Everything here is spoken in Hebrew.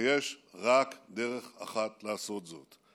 ויש רק דרך אחת לעשות זאת: